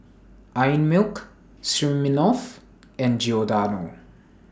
Einmilk Smirnoff and Giordano